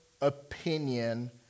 opinion